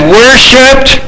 worshipped